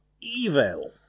evil